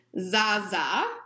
Zaza